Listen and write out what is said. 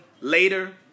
later